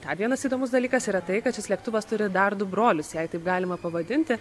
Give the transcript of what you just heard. dar vienas įdomus dalykas yra tai kad šis lėktuvas turi dar du brolius jei taip galima pavadinti